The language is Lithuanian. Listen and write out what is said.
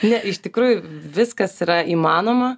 ne iš tikrųjų viskas yra įmanoma